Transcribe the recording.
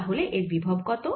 তাহলে এর বিভব কত